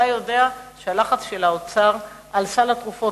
אתה יודע שהלחץ של האוצר על סל התרופות